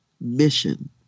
mission